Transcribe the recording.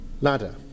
ladder